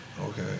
Okay